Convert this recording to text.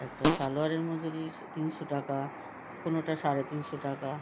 একটা সালোয়ারের মজুরি তিনশো টাকা কোনোটা সাড়ে তিনশো টাকা